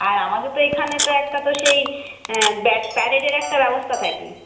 আর আমাদের তো এখানে তো একটা তো সেই প্যারেডের একটা ব্যবস্থা থাকে